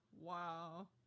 wow